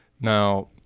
Now